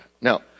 Now